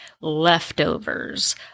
Leftovers